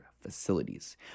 facilities